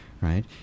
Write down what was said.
right